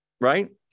right